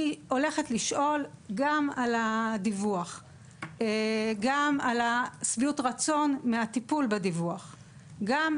אני הולכת לשאול על הדיווח; על שביעות הרצון מהטיפול בדיווח;